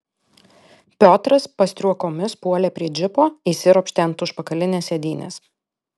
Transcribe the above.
piotras pastriuokomis puolė prie džipo įsiropštė ant užpakalinės sėdynės